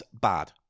bad